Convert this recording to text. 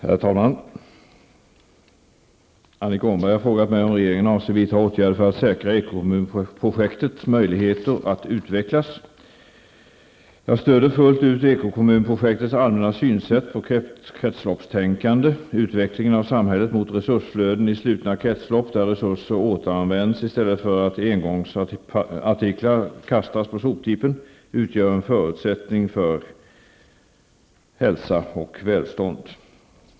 Herr talman! Annika Åhnberg har frågat mig om regeringen avser vidta åtgärder för att säkra ekokommunprojektets möjligheter att utvecklas. Jag stöder fullt ut ekokommunprojektets allmänna synsätt på kretsloppstänkande. Utvecklingen av samhället mot resursflöden i slutna kretslopp, där resurser återanvänds i stället för att engångsartiklar kastas på soptippen utgör en förutsättning för hälsa och välstånd.